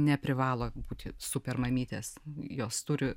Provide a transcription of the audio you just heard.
neprivalo būti super mamytės jos turi